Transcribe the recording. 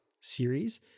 series